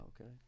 Okay